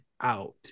out